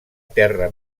terra